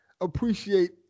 appreciate